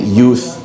youth